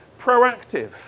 proactive